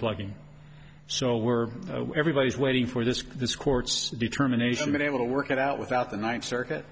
plugging so we're everybody's waiting for this this court's determination been able to work it out without the ninth circuit